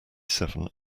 seven